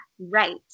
right